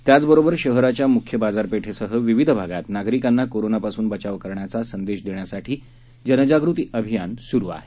त्याचबरोबर शहराच्या मुख्य बाजारपेठेसह विविध भागात नागरिकांना कोरोनापासून बचाव करण्याचा संदेश देण्यासाठी जनजागृती अभियान सुरु आहे